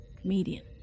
comedian